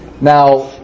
Now